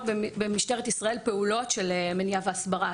במשטרת ישראל פעולות של מניעה והסברה.